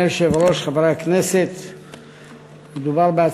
ראשונה, ועוברת לוועדת הכלכלה.